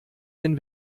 den